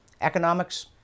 economics